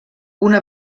una